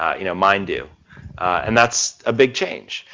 you know mine do and that's a big change.